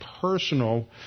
personal